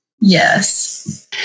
Yes